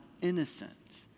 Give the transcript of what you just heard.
innocent